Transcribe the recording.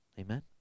Amen